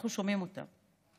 אנחנו שומעים אותם.